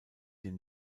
den